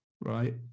right